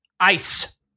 Ice